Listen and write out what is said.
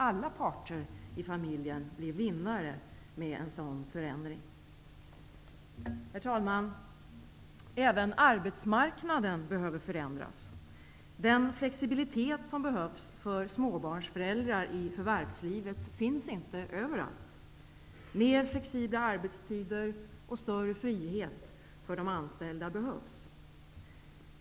Alla parter i familjen blir vinnare med en sådan förändring. Herr talman! Även arbetsmarknaden behöver förändras. Den flexibilitet som behövs för småbarnsföräldrar i förvärvslivet finns inte överallt. Mer flexibla arbetstider och större frihet för de anställda behövs.